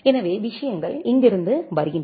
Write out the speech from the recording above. எனவே விஷயங்கள் இங்கிருந்து வருகின்றன